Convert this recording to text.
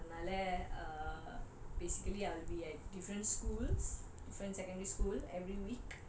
அதனால:athanaala err basically I'll be at different schools different secondary school every week